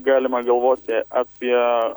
galima galvoti apie